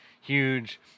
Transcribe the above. huge